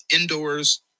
indoors